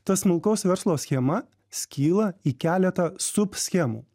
ta smulkaus verslo schema skyla į keletą subschemų